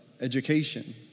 education